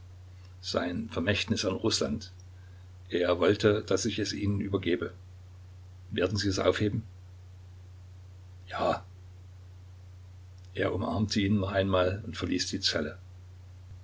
sein vermächtnis an rußland er wollte daß ich es ihnen übergebe werden sie es aufheben ja er umarmte ihn noch einmal und verließ die zelle